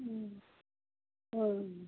ओं